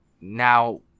now